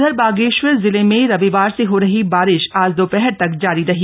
उधर बागेश्वर जिले में रविवार से हो रही बारिश आज दोपहर तक जारी रही